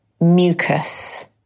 mucus